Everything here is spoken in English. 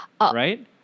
right